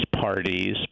parties